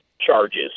charges